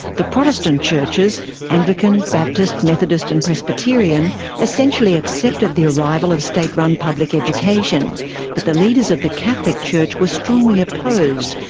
the protestant churches anglican, baptist, methodist and presbyterian essentially accepted the arrival of state-run public education but the leaders of the catholic church were strongly opposed,